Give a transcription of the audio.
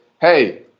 Hey